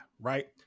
Right